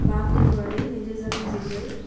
बा फ्रेब्रुवारी नैरोजा नैजिब्रै